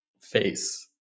face